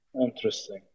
Interesting